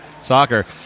soccer